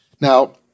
Now